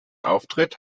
auftritt